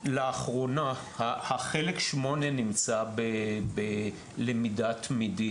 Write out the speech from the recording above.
חלק 8 נמצא בלמידה תמידית.